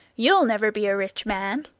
you'll never be a rich man.